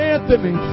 Anthony